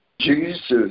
Jesus